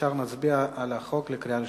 וישר נצביע על החוק בקריאה ראשונה.